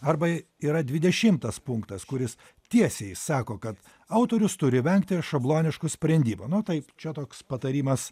arba yra dvidešimtas punktas kuris tiesiai sako kad autorius turi vengti šabloniškų sprendimų nu tai čia toks patarimas